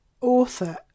author